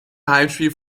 heimspiele